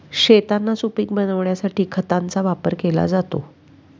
शेतांना सुपीक बनविण्यासाठी खतांचा वापर केला जातो